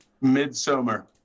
Midsummer